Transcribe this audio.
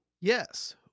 Yes